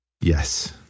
Yes